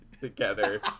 together